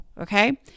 Okay